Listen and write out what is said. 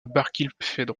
barkilphedro